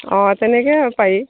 অ তেনেকৈ পাৰি